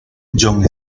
john